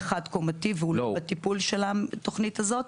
חד-קומתי והוא לא בטיפול של התוכנית הזאת.